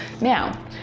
Now